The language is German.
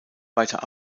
weiter